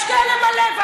תגידי, את שומעת את עצמך?